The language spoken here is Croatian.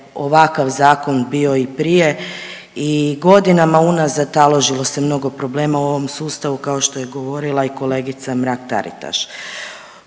ovakav zakon bio i prije i godinama unazad taložilo se mnogo problema u ovom sustavu kao što je govorila i kolegica Mrak Taritaš.